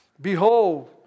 Behold